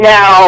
Now